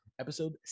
episode